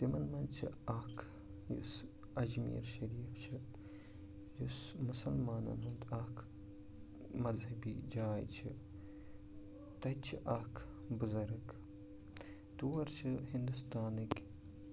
تِمَن منٛز چھِ اَکھ یُس اجمیٖر شریٖف چھِ یُس مُسلمانَن ہُنٛد اَکھ مذہبی جاے چھِ تَتہِ چھِ اَکھ بُزرٕگ تور چھِ ہِنٛدوستانٕکۍ